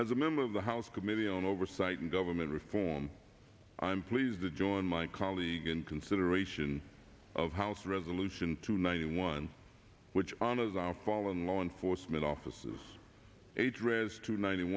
as a member of the house committee on oversight and government reform i am pleased to join my colleague in consideration of house resolution two ninety one which honors our fallen law enforcement officers a dress to ninety